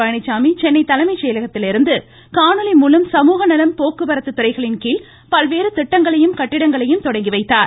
பழனிச்சாமி சென்னை தலைமை செயலகத்திலிருந்து காணொலி மூலம் சமூக நலம் போக்குவரத்து துறைகளின் கீழ் பல்வேறு திட்டங்களையும் கட்டடங்களையும் தொடங்கிவைத்தார்